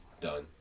done